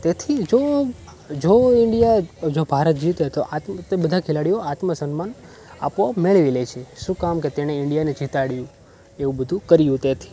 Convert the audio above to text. તેથી જો જો ઈન્ડિયા જો ભારત જીતે તો તે બધા ખેલાડીઓ આત્મસન્માન આપોઆપ મેળવી લે છે શું કામ કે તેણે ઈન્ડિયાને જીતાડ્યું એવું બધું કર્યું તેથી